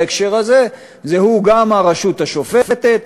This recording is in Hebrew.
בהקשר הזה הוא גם הרשות השופטת,